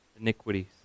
iniquities